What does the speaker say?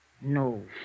No